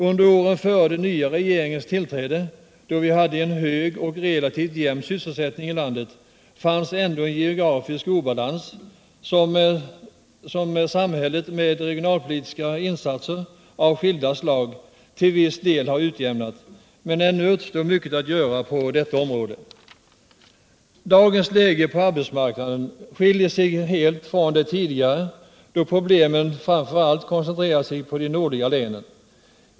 Under åren före den nya regeringens tillträde, då vi hade en hög och relativt jämn sysselsättning i landet, fanns ändå en geografisk obalans, som samhället med regionalpolitiska insatser av skilda slag till viss del har utjämnat. Men ännu återstår mycket att göra på detta område. Dagens läge på arbetsmarknaden skiljer sig helt från det tidigare, då problemen framför allt gällde de nordliga länen.